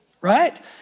right